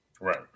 Right